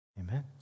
Amen